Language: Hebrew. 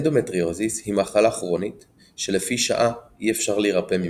אנדומטריוזיס היא מחלה כרונית שלפי שעה אי אפשר להירפא ממנה.